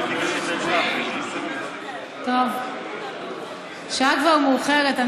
השעה כבר מאוחרת.